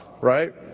right